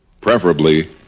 preferably